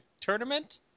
tournament